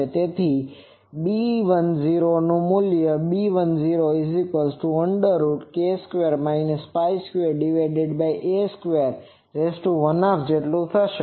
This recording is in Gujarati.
તેથી β10નુ મૂલ્ય β10 √k² Π²a²½ થશે